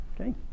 Okay